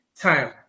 time